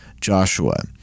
Joshua